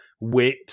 wit